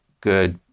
good